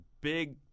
big